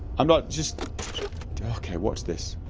i'm not just okay, what's this?